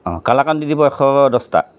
অঁ কালাকাণ দি দিব এশ দছটা